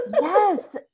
Yes